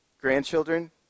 Grandchildren